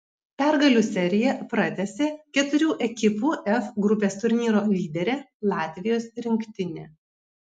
pergalių seriją pratęsė keturių ekipų f grupės turnyro lyderė latvijos rinktinė